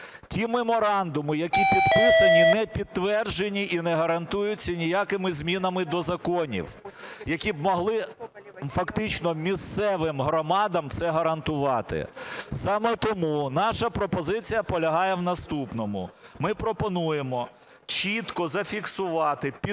Ті меморандуми, які підписані, не підтверджені і не гарантуються ніякими змінами до законів, які б могли фактично місцевим громадам це гарантувати. Саме тому наша пропозиція полягає в наступному. Ми пропонуємо чітко зафіксувати підтримку